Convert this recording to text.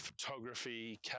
photography